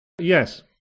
Yes